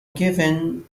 kevin